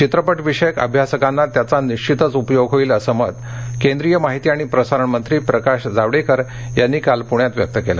चित्रपटविषयक अभ्यासकांना त्याचा निश्वितच उपयोग होईल असं मत माहिती आणि प्रसारणमंत्री प्रकाश जावडेकर यांनी काल पुण्यात व्यक्त केलं